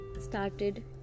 started